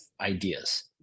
ideas